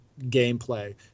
gameplay